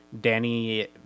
danny